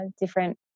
different